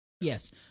Yes